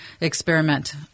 experiment